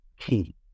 key